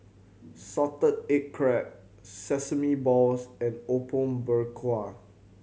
salted egg crab sesame balls and Apom Berkuah